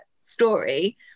story